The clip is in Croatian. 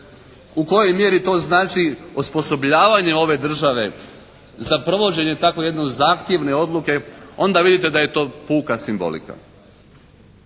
u kojoj mjeri to znači osposobljavanje ove države za provođenje tako jedne zahtjevne odluke onda vidite da je to puka simbolika.